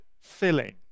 filling